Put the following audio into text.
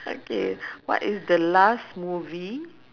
okay what is the last movie